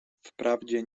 wprawdzie